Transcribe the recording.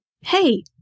Hey